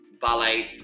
ballet